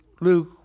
Luke